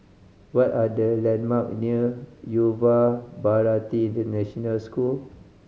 what are the landmark near Yuva Bharati International School